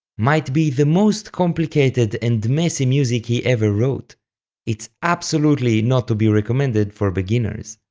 might be the most complicated and messy music he ever wrote it's absolutely not to be recommended for beginners.